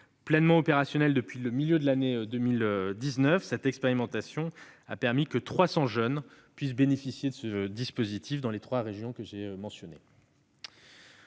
Pleinement opérationnelle depuis le milieu de l'année 2019, cette expérimentation a permis à 300 jeunes de bénéficier de ce dispositif dans les trois régions concernées.